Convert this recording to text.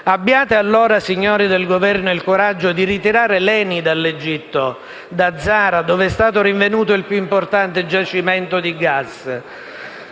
Abbiate allora il coraggio, signori del Governo, di ritirare l'ENI dall'Egitto, da Zara, dove è stato rinvenuto il più importante giacimento di gas.